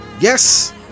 Yes